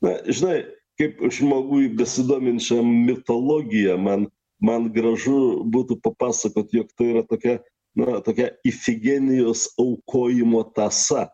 na žinai kaip žmogui besidominčiam mitologija man man gražu būtų papasakot jog tai yra tokia na tokia ifigenijos aukojimo tąsa